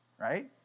right